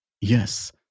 Yes